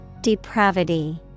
Depravity